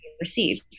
receive